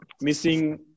missing